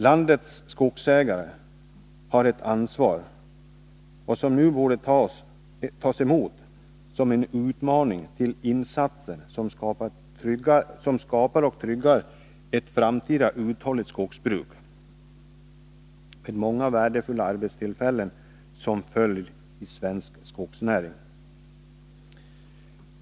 Landets skogsägare har ett ansvar som nu borde ses som en utmaning till insatser, som skapar och tryggar ett framtida uthålligt skogsbruk med många värdefulla arbetstillfällen som följd i svensk skogsnäring.